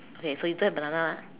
okay so you get the banana lah